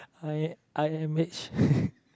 I am I am actually